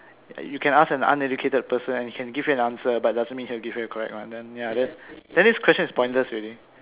you can ask an uneducated person and he can give you an answer but doesn't mean he'll give you the correct one then ya then this question is pointless already